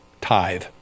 tithe